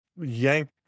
yank